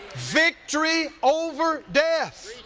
victory over death.